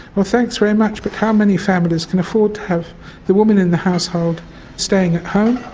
well, thanks very much, but how many families can afford to have the woman in the household staying at home,